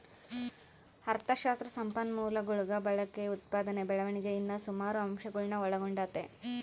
ಅಥಶಾಸ್ತ್ರ ಸಂಪನ್ಮೂಲಗುಳ ಬಳಕೆ, ಉತ್ಪಾದನೆ ಬೆಳವಣಿಗೆ ಇನ್ನ ಸುಮಾರು ಅಂಶಗುಳ್ನ ಒಳಗೊಂಡತೆ